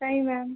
नहीं मैम